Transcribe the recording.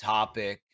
Topic